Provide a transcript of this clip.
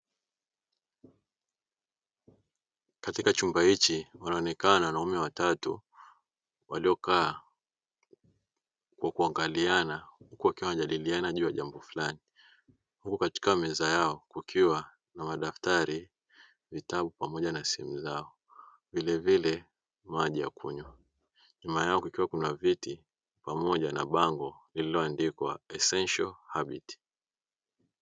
Katika chumba hiki, wanaonekana wanaume watatu waliokaa kwa kuangaliana huku wakiwa wanajadiliana jambo fulani; huku katika meza yao kukiwa na madaftari, vitabu pamoja na simu zao, vilevile maji ya kunywa, nyuma yao kuna viti pamoja na bango lililoandikwa "Essential Habit".